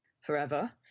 forever